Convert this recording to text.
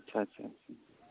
ᱟᱪᱪᱷᱟ ᱟᱪᱪᱷᱟ